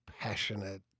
passionate